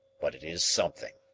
but it is something.